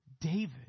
David